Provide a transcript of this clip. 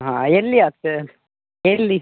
ಹಾಂ ಎಲ್ಲಿ ಆಗ್ತದೆ ಎಲ್ಲಿ